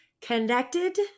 connected